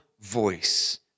voice